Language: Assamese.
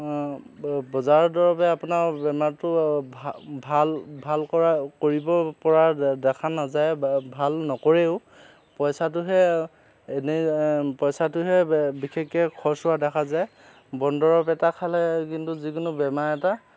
বজাৰৰ দৰৱে আপোনাৰ বেমাৰটো ভা ভাল ভাল কৰা কৰিব পৰা দেখা নাযায় বা ভাল নকৰেও পইচাটোহে এনেই পইচাটোহে বিশেষকৈ খৰচ হোৱা দেখা যায় বনদৰৱ এটা খালে কিন্তু যিকোনো বেমাৰ এটা